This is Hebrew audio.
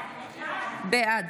בעד